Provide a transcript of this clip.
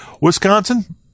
Wisconsin